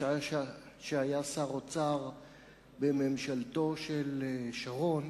בשעה שהיה שר האוצר בממשלתו של שרון,